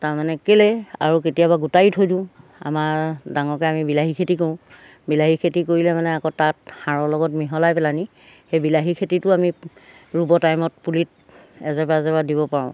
তাৰমানে কেলৈ আৰু কেতিয়াবা গোটাইয়ো থৈ দিওঁ আমাৰ ডাঙৰকৈ আমি বিলাহী খেতি কৰোঁ বিলাহী খেতি কৰিলে মানে আকৌ তাত সাৰৰ লগত মিহলাই পেলাহেনি সেই বিলাহী খেতিটো আমি ৰুব টাইমত পুলিত এজেবেৰা এজেবেৰা দিব পাৰোঁ